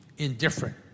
Indifferent